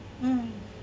um